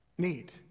need